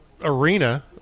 arena